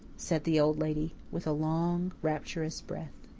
said the old lady, with a long, rapturous breath.